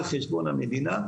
על חשבון המדינה,